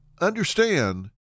understand